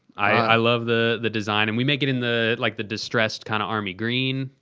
i love the the design and we make it in the like, the distressed kind of army green.